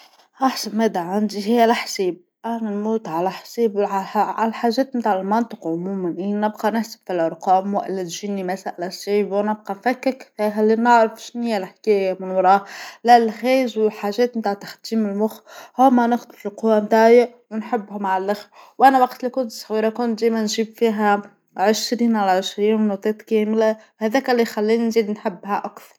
أحسن مادة عندى هى الحساب، أنا نموت على الحساب على الحاجات بتاع المنطق عموما نبقى نحسب في الأرقام وإلا تجينى مسألة سيف ونبقى نفكك أ هالنعرف شنو هى الحكاية من وراه، الألغاز والحاجات بتاعت تختيم المخ هما نقطة القوة بتاعى نحبهم عالآخر، وأنا وقت اللى كنت صغيرة كنت دايما نجيب فيها عشرين على عشرين نوتات كاملة، هذاك اللى خلانى نزيد نحبها أكثر.